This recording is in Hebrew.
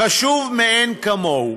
חשוב מאין כמוהו.